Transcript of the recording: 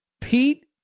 Pete